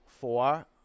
Four